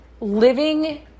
living